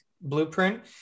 blueprint